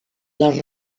les